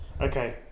Okay